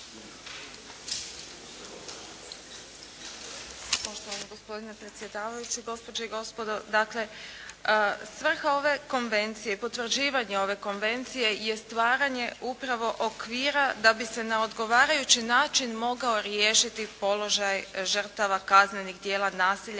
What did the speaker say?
svrha ove konvencije i potvrđivanje ove konvencije je stvaranje upravo okvira da bi se na odgovarajući način mogao riješiti položaj žrtava kaznenih djela nasilja